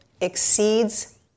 exceeds